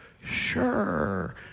sure